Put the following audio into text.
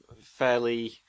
fairly